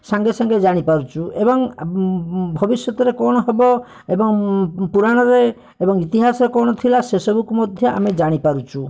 ସାଙ୍ଗେ ସାଙ୍ଗେ ଜାଣିପାରୁଛୁ ଏବଂ ଭବିଷ୍ୟତରେ କଣ ହେବ ଏବଂ ପୁରାଣରେ ଏବଂ ଇତିହାସ କଣ ଥିଲା ସେସବୁକୁ ମଧ୍ୟ ଆମେ ଜାଣିପାରୁଛୁ